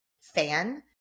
fan